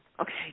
Okay